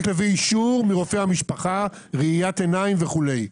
להביא אישור מרופא המשפחה ובדיקת עיניים וכולי.